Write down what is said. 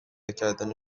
کردن